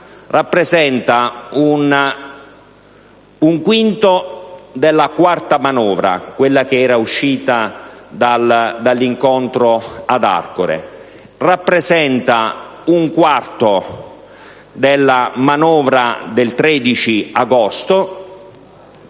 rappresenta un quinto della quarta manovra, quella che era uscita dall'incontro ad Arcore. Rappresenta un quarto della manovra del 13 agosto,